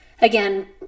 again